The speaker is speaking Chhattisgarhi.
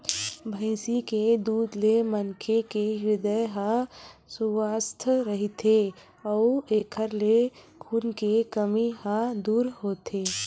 भइसी के दूद ले मनखे के हिरदे ह सुवस्थ रहिथे अउ एखर ले खून के कमी ह दूर होथे